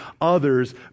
others